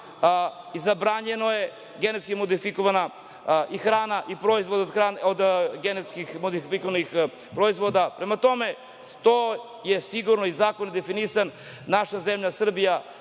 i zabranjena je genetski modifikovana hrana i proizvodi od genetski modifikovanih organizama. Prema tome, to je sigurno, zakon je definisan, naša zemlja Srbija